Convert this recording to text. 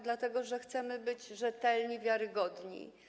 Dlatego że chcemy być rzetelni i wiarygodni.